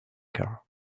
car